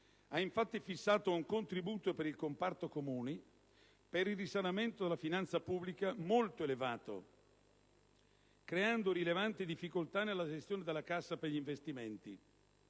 ha, infatti, fissato un contributo per il comparto Comuni, per il risanamento della finanza pubblica, molto elevato, creando rilevanti difficoltà nella gestione della cassa per gli investimenti.